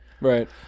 Right